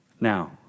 Now